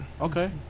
Okay